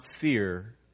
fear